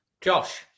Josh